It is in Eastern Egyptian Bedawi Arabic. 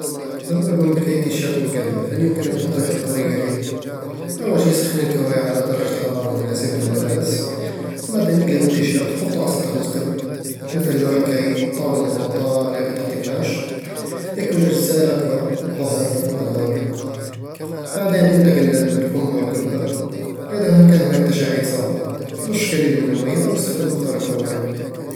لم أقم بكيّ تي شيرت من قبل. هل يمكنك توضيح الطريقة لي؟ أول شي، سخّن الكواية على درجة حرارة مناسبة للملابس بعدين، اقلب التي شيرت وحطه على سطح مستوٍي، مثل لوح الكيّ أو طاولة مغطاة عليها قطعة قماش اكوي الأجزاء الأكبر الظهر والأمام، ثم انتقل للكم والقبة إذا هنا- كان هناك تجاعيد صعبة، رش قليل من المية أو استخدم بخار الكواية